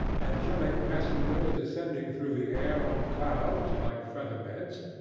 angelic messengers descending through the air on clouds like feather-beds,